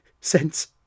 Since